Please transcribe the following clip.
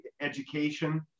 education